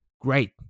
great